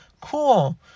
Cool